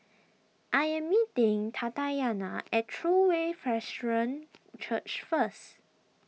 I am meeting Tatyana at True Way Presbyterian Church first